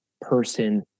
person